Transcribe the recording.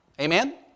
Amen